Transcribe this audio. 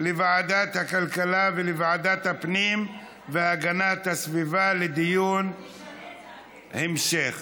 לוועדת הכלכלה ולוועדת הפנים והגנת הסביבה לדיון המשך,